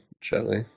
jelly